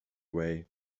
way